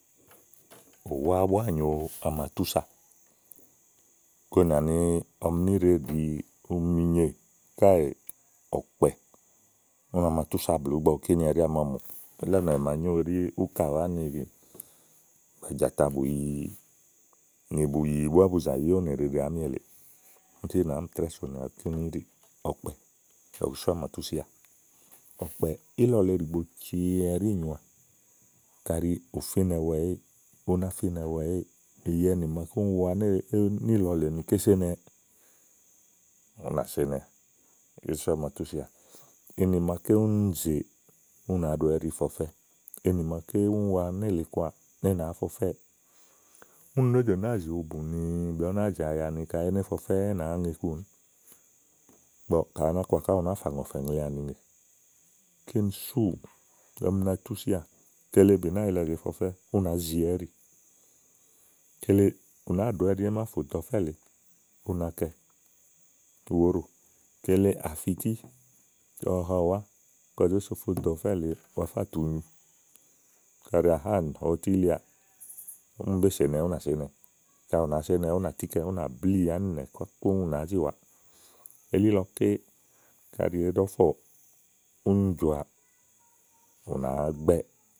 ùwá búá nyòo à ma túsà go nìà ni ɔmi níɖe ɖìi umi nyòo káèè ɔ̀kpɛ, úni à ma tú sà blù ígbɔ kíni ɛɖí a ma mu ílɔ̀nɛ̀ màa nyoówo ɖí búkàwà nì bàjàta búá bù yi nì bùyì búá bù zàyi ówò nèɖeɖe àámi èlèe sú nàáá mì trɛ́ɛ̀ sònìà kíni i íɖì ɔ̀kpɛ̀ lɔ̀ku sú ama túsià ɔkpɛ̀ɛ̀ ílɔ̀ lèe ɖìigbo cee ɛɖí nyòòà. Kaɖi u fínɛwɛ èé, ú ná finɛwɛ èéè, yɛnì màa úni wa íìlɔ lèe ni ké sénewɛ yá ù nàáa senewɛ. Kíni sú a ma tú sià sɛnì màaké úni zè, ù nàá ɖowɛ ɛ́ɖi fè ɔfɛ́ yɛni màa úni wa nélèe kɔà ni, é nàá fe ɔfɛ́ɛ úni nó do nàá zi obù ni blɛ̀ɛ ú ná zì anya ni kayi é né fe ɔfɛ́ yá é nàá ŋe ikuú ígbɔ ka à ná kɔà ká, ù nàáa fà ŋɔ̀fɛ̀ ùŋle àni ŋè kíni súù, ɔmi na túsià. Kele bì nàáa yilɛ ɖèé fe ɔfɛ ú nàá ziwɛ ɛ́ɖì. Kele, ù náa ɖòwɛ ɛ́ɖi é màáɖo ɔfɛ́ lèe, ú nàá kɛ wàa óɖò. Kele, à fi ítí ka yi ù ha ùwá kɔ zó so fo dò ɔfɛ́ lèe, wàá fa tùu nyu kàɖi àá ha ɔtí lià úni bé sèe enewɛ ú nà senewɛ. Kayi ù na senewɛ, ú nàtíkɛ, ú nà blíì ánìnɛ́ ká kóŋ, ù nàá zi wàaà elílɔké kàɖi èé ɖe ɔ̀fɔ̀ úni jɔ̀à, ù nàáá gbɛ́ɛ.